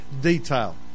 detail